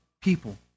people